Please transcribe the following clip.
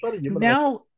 Now